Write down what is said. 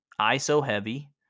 ISO-heavy